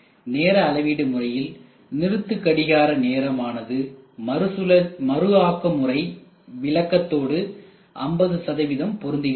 நேர அளவீடு முறையில் நிறுத்து கடிகார நேரம் ஆனது மறு ஆக்கம் முறை விளக்கத்தோடு 50 பொருந்துகிறது